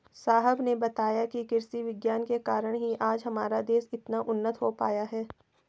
साहब ने बताया कि कृषि विज्ञान के कारण ही आज हमारा देश इतना उन्नत हो पाया है